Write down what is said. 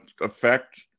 affect